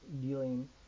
dealing